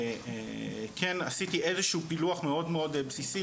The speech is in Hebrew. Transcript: כן עשיתי איזשהו פילוח מאד מאוד בסיסי,